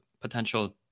potential